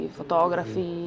fotografi